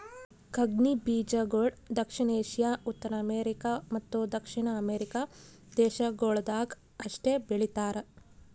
ಕಂಗ್ನಿ ಬೀಜಗೊಳ್ ದಕ್ಷಿಣ ಏಷ್ಯಾ, ಉತ್ತರ ಅಮೇರಿಕ ಮತ್ತ ದಕ್ಷಿಣ ಅಮೆರಿಕ ದೇಶಗೊಳ್ದಾಗ್ ಅಷ್ಟೆ ಬೆಳೀತಾರ